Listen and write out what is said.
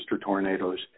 tornadoes